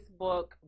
Facebook